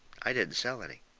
i didn't sell any.